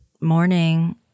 morning